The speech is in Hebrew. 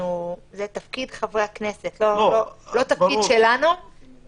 זה תפקיד חברי הכנסת ולא תפקיד שלנו.